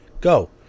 Go